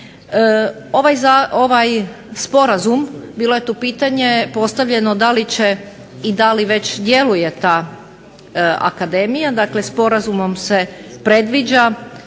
Ovaj sporazum bilo je tu postavljeno pitanje, da li ili da li već djeluje ta akademija? Dakle, sporazumom se predviđa